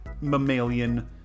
mammalian